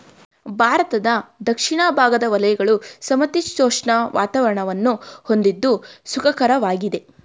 ಭಾರತದ ದಕ್ಷಿಣ ಭಾಗದ ವಲಯಗಳು ಸಮಶೀತೋಷ್ಣ ವಾತಾವರಣವನ್ನು ಹೊಂದಿದ್ದು ಸುಖಕರವಾಗಿದೆ